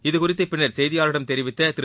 இதுகுறித்து பின்னர் செய்தியாளர்களிடம் தெரிவித்த திரு